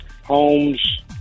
homes